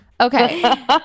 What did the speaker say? okay